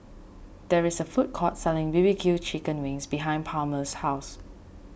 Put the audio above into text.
there is a food court selling B B Q Chicken Wings behind Palmer's house